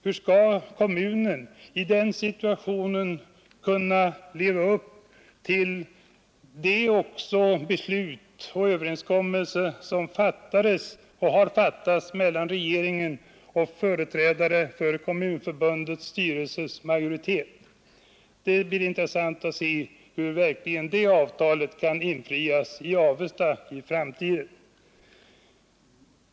Hur skall kommunen i denna situation kunna leva upp till den överenskommelse som har träffats mellan regeringen och företrädare för majoriteten inom Kommunförbundets styrelse? Det blir intressant att se om det avtalet verkligen kommer att kunna infrias av Avesta i framtiden.